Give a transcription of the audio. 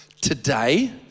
today